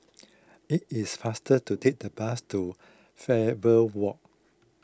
it is faster to take the bus to Faber Walk